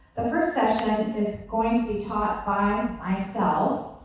the first session is going to be taught by myself.